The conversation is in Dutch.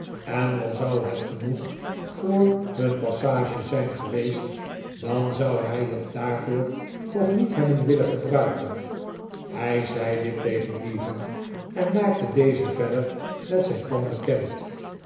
en al zou het genoeg voor hun passage zijn geweest dan zou hij het daarvoor toch niet hebben willen gebruiken hij zei dit tegen bevan en maakte dezen verder met zijn plan bekend